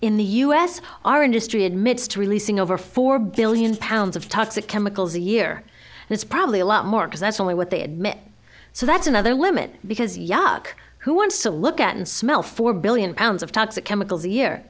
in the us our industry admits to releasing over four billion pounds of toxic chemicals a year and it's probably a lot more because that's only what they admit so that's another limit because yuck who wants to look at and smell four billion pounds of toxic chemicals